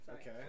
Okay